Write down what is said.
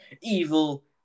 evil